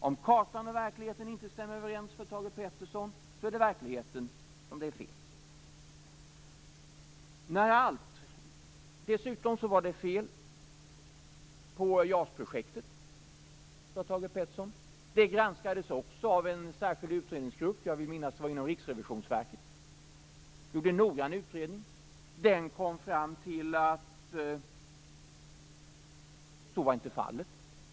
Om kartan och verkligheten inte stämmer överens för Thage Peterson, så är det verkligheten som det är fel på. Dessutom var det fel på JAS-projektet, sade Thage Peterson. Det granskades också av en särskild utredningsgrupp. Jag vill minnas att det var inom Riksrevisionsverket. De gjorde en noggrann utredning. Den kom fram till att så inte var fallet.